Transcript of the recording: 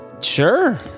Sure